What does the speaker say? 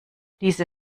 diese